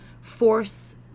force